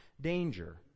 danger